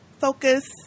focus